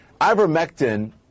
ivermectin